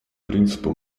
принципа